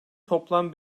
toplam